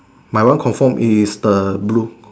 my one confirm is the blue